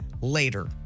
Later